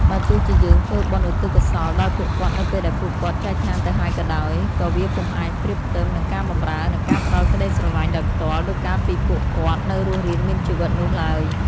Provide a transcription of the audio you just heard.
បើទោះជាយើងធ្វើបុណ្យឧទ្ទិសកុសលដល់ពួកគាត់នៅពេលដែលពួកគាត់ចែកឋានទៅហើយក៏ដោយ ក៏វាពុំអាចប្រៀបផ្ទឹមនឹងការបម្រើ និងការផ្តល់ក្តីស្រឡាញ់ដោយផ្ទាល់ ដូចកាលពីពួកគាត់នៅរស់រានមានជីវិតនោះឡើយ។